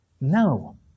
No